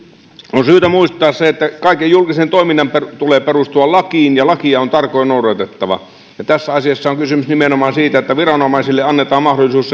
on syytä muistaa se että kaiken julkisen toiminnan tulee perustua lakiin ja lakia on tarkoin noudatettava ja tässä asiassa on kysymys nimenomaan siitä että viranomaisille annetaan mahdollisuus